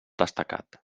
destacat